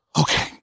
Okay